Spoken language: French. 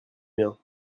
mien